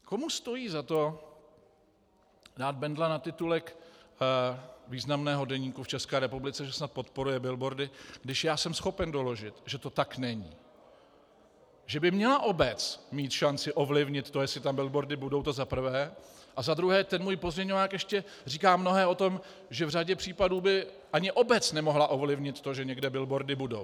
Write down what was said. Komu stojí za to dát Bendla na titulek významného deníku v České republice, že snad podporuje billboardy, když já jsem schopen doložit, že to tak není, že by měla obce mít šanci ovlivnit to, jestli tam billboardy budou, to za prvé, a za druhé, ten můj pozměňovák ještě říká mnohé o tom, že v řadě případů by ani obce nemohla ovlivnit to, že někde billboardy budou.